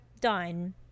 done